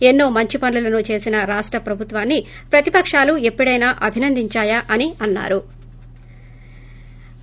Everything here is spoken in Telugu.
ఎన్నో మంచి పనులను చేసిన తమ ప్రభుత్వాన్ని ప్రతిపకాలు ఎపుడైనా అభినందించాయా అని అన్నా రు